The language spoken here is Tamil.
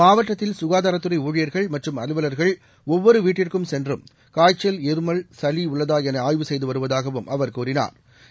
மாவட்டத்தில் சுகாதாரத்துறை ஊழியர்கள் மற்றும் அலுவலர்கள் ஒவ்வொரு வீட்டிற்கும் சென்றும் காய்ச்சல் இருமல் சளி உள்ளதா என ஆய்வு செய்து வருவதாகவும் அவா் கூறினாா்